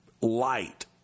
light